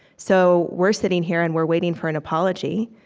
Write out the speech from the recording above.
so we're sitting here, and we're waiting for an apology,